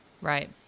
Right